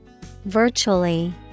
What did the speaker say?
Virtually